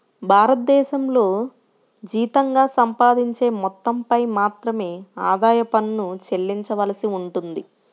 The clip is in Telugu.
భారతదేశంలో జీతంగా సంపాదించే మొత్తంపై మాత్రమే ఆదాయ పన్ను చెల్లించవలసి ఉంటుంది